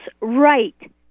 right